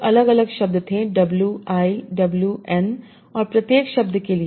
तो अलग अलग शब्द थे w i w n और प्रत्येक शब्द के लिए